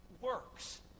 works